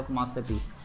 masterpiece